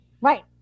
right